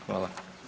Hvala.